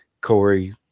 Corey